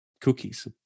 cookies